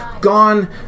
gone